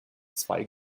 zwei